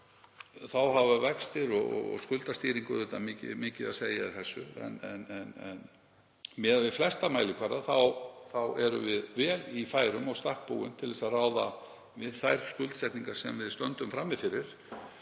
Þá hafa vextir og skuldastýring auðvitað mikið að segja í þessu. Miðað við flesta mælikvarða erum við vel í færum og í stakk búin til að ráða við þá skuldsetningu sem við stöndum frammi fyrir.